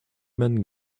men